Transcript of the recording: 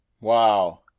Wow